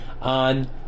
On